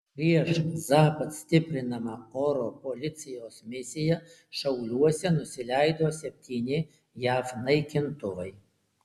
prieš zapad stiprinama oro policijos misija šiauliuose nusileido septyni jav naikintuvai